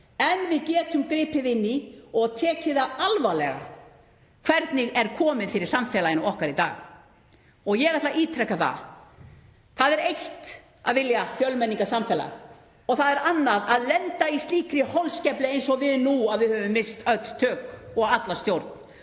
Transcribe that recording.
en við getum gripið inn í og tekið það alvarlega hvernig komið er fyrir samfélaginu okkar í dag. Og ég ætla að ítreka: Það er eitt að vilja fjölmenningarsamfélag og það er annað að lenda í slíkri holskeflu eins og við nú. Við höfum misst öll tök og alla stjórn.